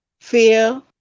fear